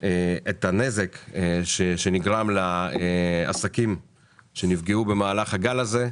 את הנזק שנגרם לעסקים שנפגעו במהלך הגל הזה.